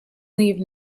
leave